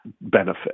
benefit